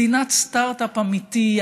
מדינת סטרטאפ אמיתית,